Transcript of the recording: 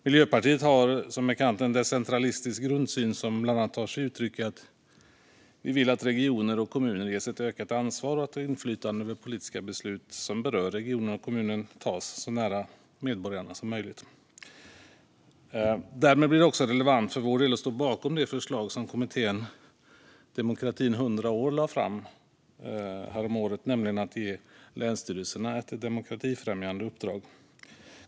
Miljöpartiet har, som bekant, en decentralistisk grundsyn, som bland annat tar sig uttryck i att vi vill att regioner och kommuner ges ett ökat ansvar och inflytande över de politiska beslut som berör regionen och kommunen. Och beslut bör fattas så nära medborgarna som möjligt. Därmed blir det också relevant för vår del att stå bakom det förslag som kommittén Demokratin 100 år lade fram häromåret, nämligen att ge länsstyrelserna ett demokratifrämjande uppdrag.